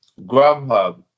Grubhub